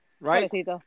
Right